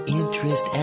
interest